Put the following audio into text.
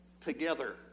together